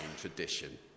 tradition